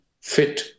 fit